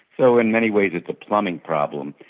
so in many ways it's a plumbing problem.